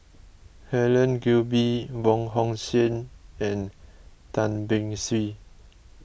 Helen Gilbey Wong Hong Suen and Tan Beng Swee